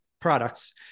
products